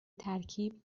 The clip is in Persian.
ترکیب